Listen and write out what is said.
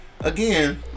again